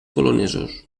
polonesos